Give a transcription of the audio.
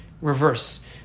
reverse